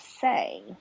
say